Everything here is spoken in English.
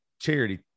charity